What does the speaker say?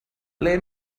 ble